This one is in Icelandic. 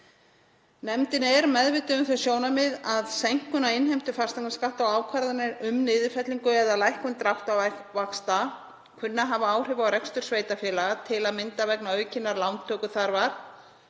Nefndin er meðvituð um þau sjónarmið að seinkun á innheimtu fasteignaskatta og ákvarðanir um niðurfellingu eða lækkun dráttarvaxta kunna að hafa áhrif á rekstur sveitarfélaga, til að mynda vegna aukinnar lántökuþarfar,